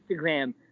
Instagram